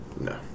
No